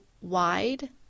wide